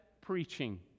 preaching